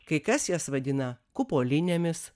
kai kas jas vadina kupolinėmis